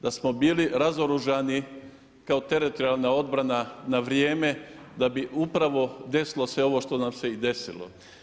Da smo bili razoružani kao teritorijalna obrana na vrijeme da bi upravo desilo se ovo što nam se i desilo.